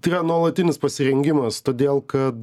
tai yra nuolatinis pasirengimas todėl kad